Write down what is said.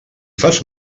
fas